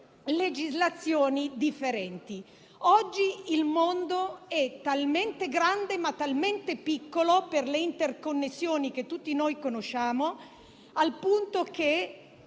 legislazioni differenti. Oggi il mondo è talmente grande, ma anche talmente piccolo per le interconnessioni che tutti noi conosciamo al punto che